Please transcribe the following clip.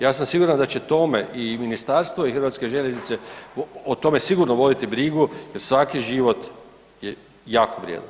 Ja sam siguran da će tome i ministarstvo i HŽ o tome sigurno voditi brigu jer svaki je život jako vrijedan.